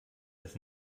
das